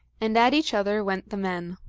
and at each other went the men.